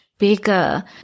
bigger